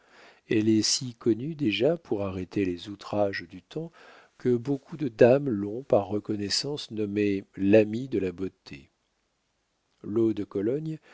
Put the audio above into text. elle est si connue déjà pour arrêter les outrages du temps que beaucoup de dames l'ont par reconnaissance nommée l'amie de la beauté l'eau de cologne